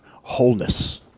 wholeness